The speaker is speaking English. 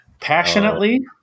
passionately